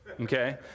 okay